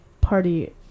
party